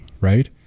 right